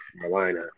Carolina